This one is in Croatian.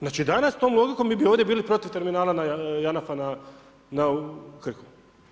Znači danas tom logikom mi bi ovdje bili protiv terminala JANAF-a na Krku.